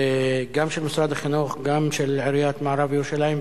גם של משרד החינוך וגם של עיריית מערב-ירושלים?